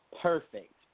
Perfect